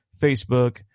Facebook